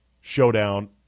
showdown